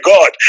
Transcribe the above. God